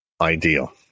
ideal